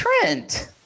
Trent